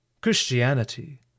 Christianity